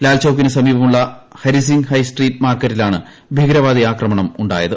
ലാൽചൌക്കിന് സമീപമുള്ള Hari Singh high street മാർക്കറ്റിലാണ് ഭീകരവാദി ആക്രമണം ഉണ്ടായത്